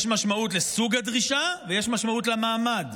יש משמעות לסוג הדרישה ויש משמעות למעמד.